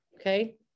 okay